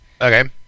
Okay